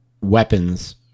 weapons